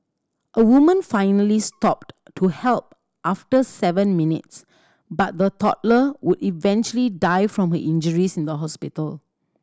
a woman finally stopped to help after seven minutes but the toddler would eventually die from her injuries in the hospital